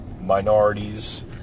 minorities